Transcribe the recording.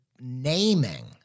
naming